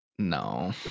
No